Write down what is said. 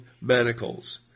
manacles